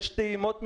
יש טעימות ממכירות,